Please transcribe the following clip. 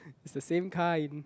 it's the same kind